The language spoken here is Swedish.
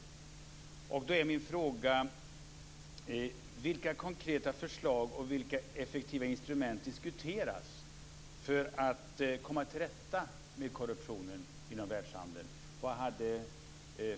Min fråga är: Vilka konkreta förslag och vilka effektiva instrument diskuteras för att komma till rätta med korruptionen inom världshandeln?